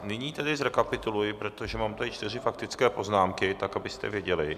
Nyní zrekapituluji, protože mám tady čtyři faktické poznámky, tak abyste věděli.